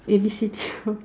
A B C